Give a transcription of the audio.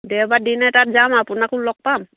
দেওবাৰ দিন এটাত যাম আপোনাকো লগ পাম